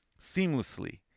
seamlessly